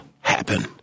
happen